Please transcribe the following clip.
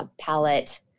palette